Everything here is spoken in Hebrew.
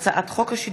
הצעת חוק ניירות ערך (תיקון מס' 62) (סופיות הסליקה במסלקות),